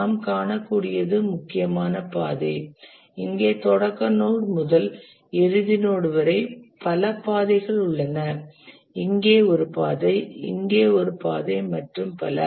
நாம் காணக்கூடியது முக்கியமான பாதை இங்கே தொடக்க நோட் முதல் இறுதி நோட் வரை பல பாதைகள் உள்ளன இங்கே ஒரு பாதை இங்கே ஒரு பாதை மற்றும் பல